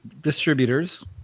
distributors